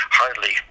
hardly